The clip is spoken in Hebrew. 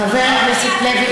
חבר הכנסת לוי,